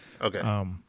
Okay